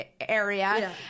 area